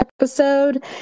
episode